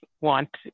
want